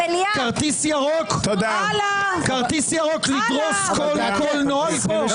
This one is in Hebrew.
כרטיס ירוק לדרוס כל נוהל פה?